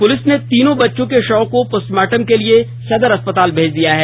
police ने तीनों बच्चों के शव को पोस्टमार्टम के लिए सदर अस्पताल भेज दिया है